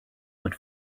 but